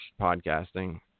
podcasting